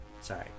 Sorry